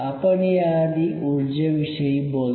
आपण याआधी उर्जेविषयी बोललो